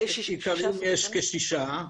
עיקריים יש כשישה.